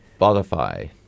Spotify